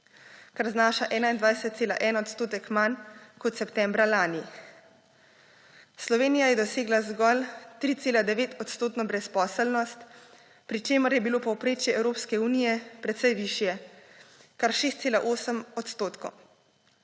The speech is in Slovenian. kar znaša 21,1 odstotek manj kot septembra lani. Slovenija je dosegla zgolj 3,9-odstotno brezposelnost, pri čemer je bilo povprečje Evropske unije precej višje, kar 6,8 odstotka.